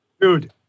Dude